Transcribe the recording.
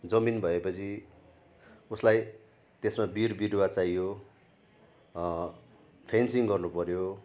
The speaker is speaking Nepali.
जमिन भएपछि उसलाई त्यसमा बिउ बिरुवा चाहियो फेन्सिङ गर्नुपर्यो